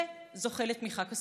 וזוכה לתמיכה כספית.